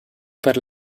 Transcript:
per